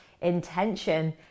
intention